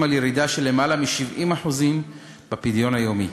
על ירידה של למעלה מ-70% בפדיון היומי.